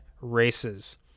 races